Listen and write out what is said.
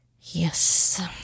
Yes